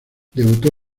debutó